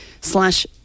Slash